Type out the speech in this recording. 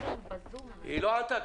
היא לא ענתה.